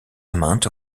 amount